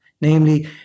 Namely